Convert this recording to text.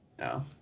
No